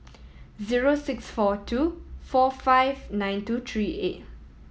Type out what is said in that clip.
zero six four two four five nine two three eight